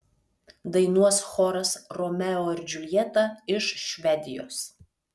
dainuos choras romeo ir džiuljeta iš švedijos